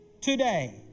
today